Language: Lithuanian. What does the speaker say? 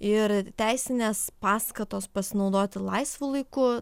ir teisinės paskatos pasinaudoti laisvu laiku